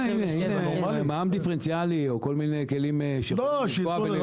מע"מ דיפרנציאלי או כל מיני כלים שיכולים לעזור.